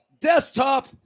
desktop